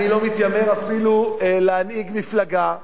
אני לא מתיימר אפילו להנהיג מפלגה בבחירות.